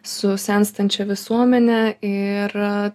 su senstančia visuomene ir